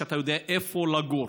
שאתה יודע איפה תגור,